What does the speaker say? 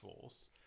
force